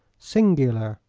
singular,